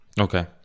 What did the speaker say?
Okay